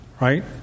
right